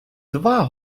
два